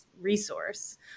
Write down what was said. resource